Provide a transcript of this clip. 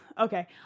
Okay